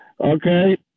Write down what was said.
Okay